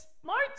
smart